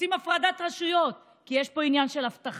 עושים הפרדת רשויות, כי יש פה עניין של הבטחה.